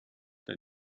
der